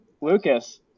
Lucas